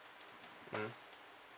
mm